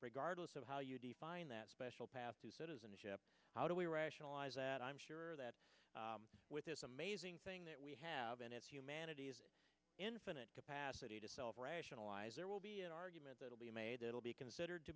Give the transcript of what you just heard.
regardless of how you define that special path to citizenship how do we rationalize that i'm sure that with this amazing thing that we have and it's humanity's infinite capacity to self rationalize there will be an argument that will be made it will be considered to